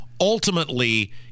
Ultimately